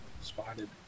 spotted